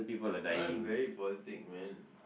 I'm very politic man